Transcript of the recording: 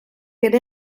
ere